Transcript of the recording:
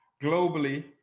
globally